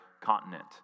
continent